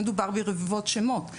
מדובר ברבבות שמות,